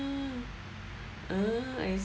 uh uh I